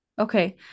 Okay